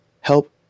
help